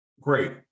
Great